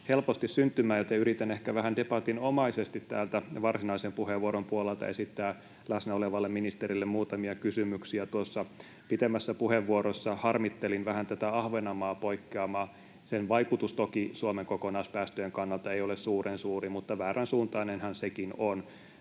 helposti syntymään, joten yritän ehkä vähän debatinomaisesti täältä varsinaisen puheenvuoron puolelta esittää läsnä olevalle ministerille muutamia kysymyksiä. Tuossa pitemmässä puheenvuorossa harmittelin vähän tätä Ahvenanmaa-poikkeamaa. Sen vaikutus toki Suomen kokonaispäästöjen kannalta ei ole suuren suuri, mutta väärän suuntainenhan sekin on.